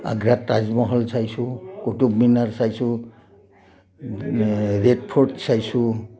আগ্ৰাত তাজমহল চাইছোঁ কুতুবমিনাৰ চাইছোঁ red fort চাইছোঁ